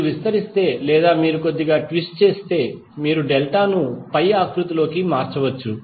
మీరు విస్తరిస్తే లేదా మీరు కొద్దిగా ట్విస్ట్ చేస్తే మీరు డెల్టా ను పై ఆకృతిలోకి మార్చవచ్చు